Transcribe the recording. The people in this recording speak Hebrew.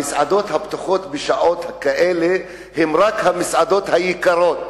המסעדות הפתוחות בשעות האלה הן רק המסעדות היקרות.